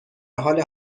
حال